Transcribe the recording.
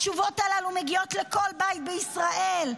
התשובות הללו מגיעות לכל בית בישראל,